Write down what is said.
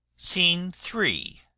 scene three.